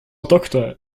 doktor